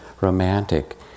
romantic